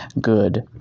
good